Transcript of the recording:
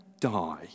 die